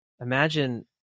imagine